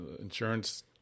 insurance